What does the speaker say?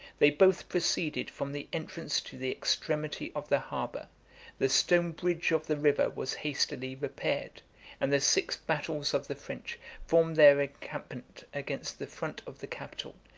they both proceeded from the entrance to the extremity of the harbor the stone bridge of the river was hastily repaired and the six battles of the french formed their encampment against the front of the capital,